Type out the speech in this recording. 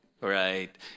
right